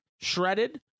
shredded